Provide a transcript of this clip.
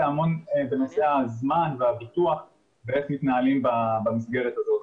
בנושאי הזמן והביטוח ואיך מתנהלים במסגרת הזאת.